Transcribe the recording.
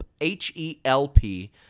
H-E-L-P